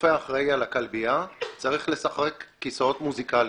הרופא האחראי על הכלבייה צריך לשחק כיסאות מוסיקליים,